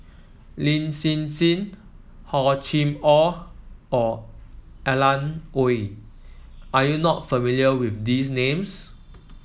Lin Hsin Hsin Hor Chim Or Or Alan Oei are you not familiar with these names